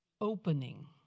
opening